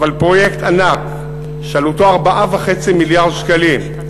פרויקט ענק שעלותו 4.5 מיליארד שקלים,